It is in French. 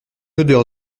odeur